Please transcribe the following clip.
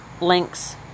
links